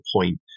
point